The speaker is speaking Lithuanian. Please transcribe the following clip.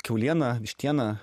kiauliena vištiena